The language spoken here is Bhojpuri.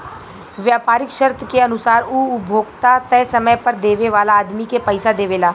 व्यापारीक शर्त के अनुसार उ उपभोक्ता तय समय पर देवे वाला आदमी के पइसा देवेला